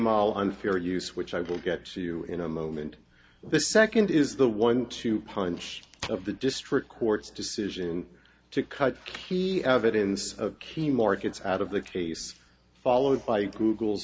jamie unfair use which i will get to you in a moment the second is the one two punch of the district court's decision to cut key evidence of key markets out of the case followed by google